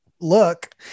look